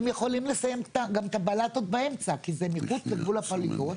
הם יכולים לסיים גם את הבלטות באמצע כי זה נראות על גבול הפוליגון,